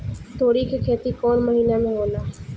तोड़ी के खेती कउन महीना में होला?